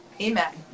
Amen